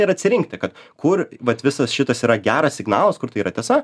ir atsirinkti kad kur vat visas šitas yra geras signalas kur tai yra tiesa